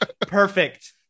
Perfect